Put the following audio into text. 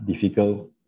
difficult